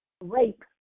rape